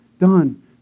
done